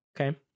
Okay